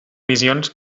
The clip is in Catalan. visions